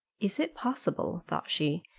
is it possible, thought she,